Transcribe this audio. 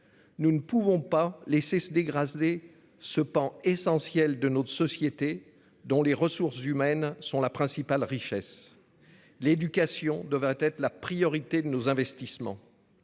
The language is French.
Nous ne pouvons pas laisser se dégrader ce pan essentiel de notre société dont les ressources humaines sont la principale richesse. L'éducation devrait être la priorité de nos investissements.